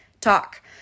Talk